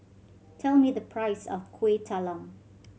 tell me the price of Kuih Talam